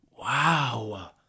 Wow